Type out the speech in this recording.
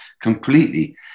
completely